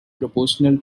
proportional